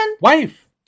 Wife